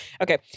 Okay